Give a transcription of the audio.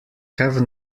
have